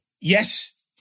Yes